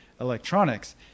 electronics